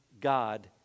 God